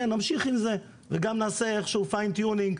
נמשיך עם זה וגם נעשה איכשהו פיין טיונינג,